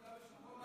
ערכו